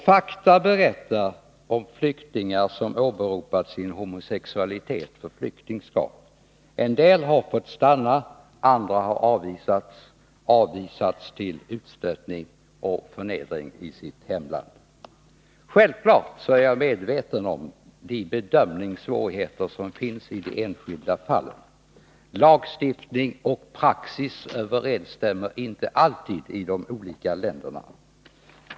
Fakta berättar om flyktingar som åberopat sin homosexualitet som grund för flyktingskap. En del har fått stanna, andra har avvisats — till utstötning och förnedring i sitt hemland. Självfallet är jag medveten om de bedömningssvårigheter som finns i de enskilda fallen. Lagstiftning och praxis överensstämmer inte alltid i de olika länderna.